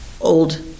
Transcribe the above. old